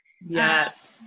Yes